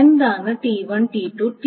എന്താണ് T1T2 T3